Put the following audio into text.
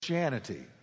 Christianity